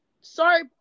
Sorry